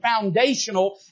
foundational